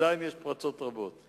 עדיין יש פרצות רבות.